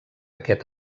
aquest